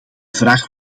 vraag